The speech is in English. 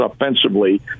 offensively